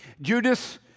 Judas